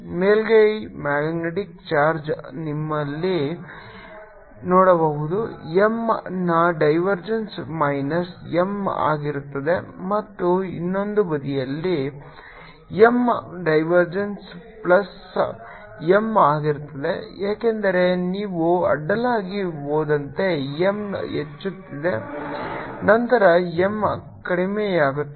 ಮೇಲ್ಮೈ magnetic charge ನೀವು ಇಲ್ಲಿ ನೋಡಬಹುದು M ನ ಡೈವರ್ಜೆನ್ಸ್ ಮೈನಸ್ M ಆಗಿರುತ್ತದೆ ಮತ್ತು ಇನ್ನೊಂದು ಬದಿಯಲ್ಲಿ M ನ ಡೈವರ್ಜೆನ್ಸ್ ಪ್ಲಸ್ M ಆಗಿರುತ್ತದೆ ಏಕೆಂದರೆ ನೀವು ಅಡ್ಡಲಾಗಿ ಹೋದಂತೆ M ಹೆಚ್ಚುತ್ತಿದೆ ನಂತರ M ಕಡಿಮೆಯಾಗುತ್ತದೆ